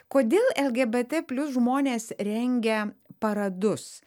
kodėl lgbt plius žmonės rengia paradus